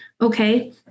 Okay